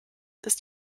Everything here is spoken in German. ist